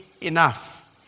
enough